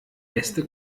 äste